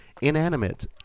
inanimate